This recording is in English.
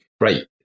right